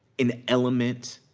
an element,